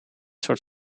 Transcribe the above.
soort